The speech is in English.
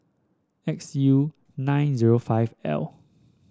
X U nine zero five L